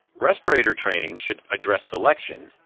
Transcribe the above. respirator training should address selection,